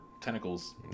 tentacles